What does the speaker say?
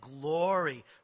glory